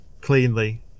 cleanly